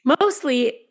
Mostly